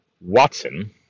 Watson